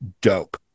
dope